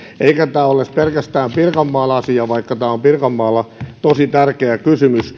eikä tämä ole pelkästään pirkanmaan asia vaikka tämä on pirkanmaalla tosi tärkeä kysymys